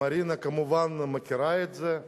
מרינה, כמובן, מכירה את זה,